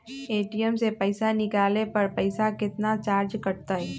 ATM से पईसा निकाले पर पईसा केतना चार्ज कटतई?